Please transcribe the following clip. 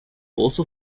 also